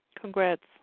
Congrats